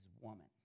woman